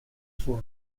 for